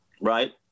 right